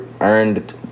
earned